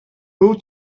who